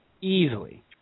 Easily